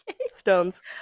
stones